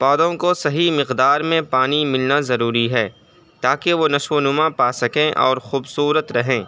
پودوں کو صحیح مقدار میں پانی ملنا ضروری ہے تاکہ وہ نشوونما پا سکیں اور خوبصورت رہیں